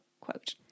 quote